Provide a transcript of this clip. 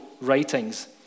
writings